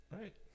Right